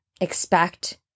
expect